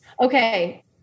Okay